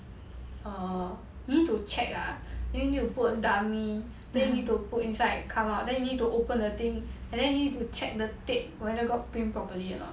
err you need to check lah you need to put dummy then need to put inside come out then you need to open the thing and then you need to check the tape whether got print properly or not